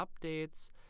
updates